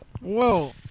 Whoa